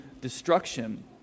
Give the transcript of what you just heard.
destruction